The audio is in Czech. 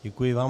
Děkuji vám.